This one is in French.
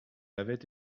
avait